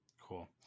Cool